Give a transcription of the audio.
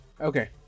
Okay